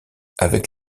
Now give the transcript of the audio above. avec